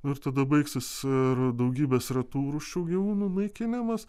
nu ir tada baigsis ir daugybės retų rūšių gyvūnų naikinimas